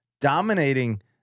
dominating